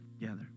together